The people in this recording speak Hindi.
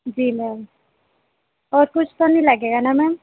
जी मैम और कुछ तो नहीं लगेगा ना मैम